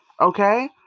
Okay